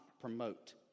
promote